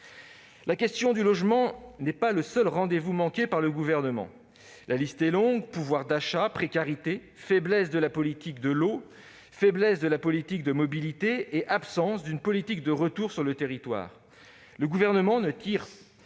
La question du logement n'est pas le seul rendez-vous manqué par le Gouvernement. La liste en est longue : maigre pouvoir d'achat, précarité, faiblesse de la politique de l'eau et de la politique de mobilité, absence d'une politique de retour sur le territoire. Par ailleurs, le Gouvernement ne tire pas